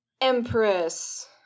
empress